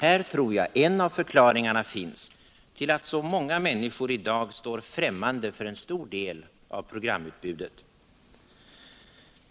Här tror jag en av förklaringarna finns till att så många människor i dag står främmande för en stor del av programutbudet.